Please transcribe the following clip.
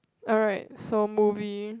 alright so movie